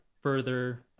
further